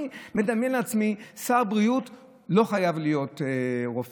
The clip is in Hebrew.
אני מדמיין לעצמי ששר הבריאות לא חייב להיות רופא,